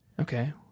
Okay